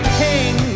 king